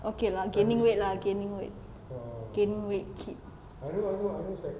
okay lah gaining weight lah gaining weight gain weight kids